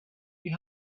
you